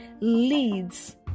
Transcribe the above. leads